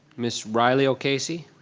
miss riley o'casey?